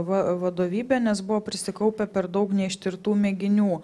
va vadovybe nes buvo prisikaupę per daug neištirtų mėginių